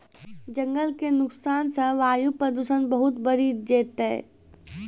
जंगल के नुकसान सॅ वायु प्रदूषण बहुत बढ़ी जैतै